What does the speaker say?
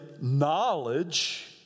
knowledge